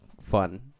fun